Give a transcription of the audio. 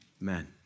men